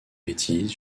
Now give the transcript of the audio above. bêtises